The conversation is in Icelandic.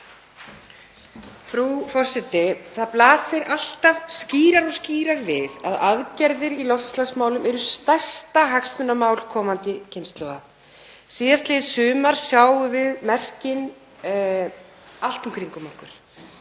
Frú forseti. Það blasir alltaf skýrar og skýrar við að aðgerðir í loftslagsmálum eru stærsta hagsmunamál komandi kynslóða. Síðastliðið sumar sáum við merkin allt í kringum okkur.